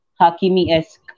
Hakimi-esque